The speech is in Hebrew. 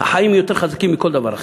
החיים יותר חזקים מכל דבר אחר.